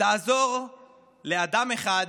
תעזור לאדם אחד